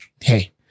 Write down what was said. hey